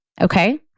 Okay